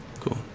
Cool